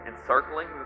encircling